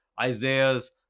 Isaiah's